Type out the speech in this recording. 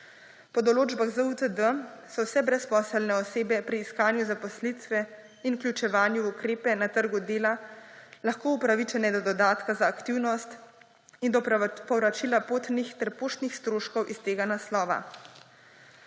Po določba ZUTD so vse brezposelne osebe pri iskanju zaposlitve in vključevanju v ukrepe na trgu dela lahko upravičene do dodatka za aktivnost in do povračila potnih ter poštnih stroškov iz tega naslova.